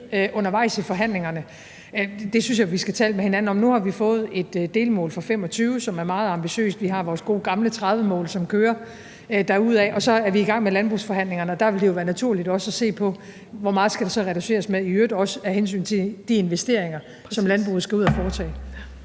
undervejs i forhandlingerne, synes jeg vi skal tale med hinanden om. Nu har vi fået et delmål for 2025, som er meget ambitiøst. Vi har vores gode, gamle 2030-mål, som kører derudad, og så er vi i gang med landbrugsforhandlingerne, og der vil det jo være naturligt også at se på, hvor meget det så skal reduceres med, i øvrigt også af hensyn til de investeringer, som landbruget skal ud at foretage.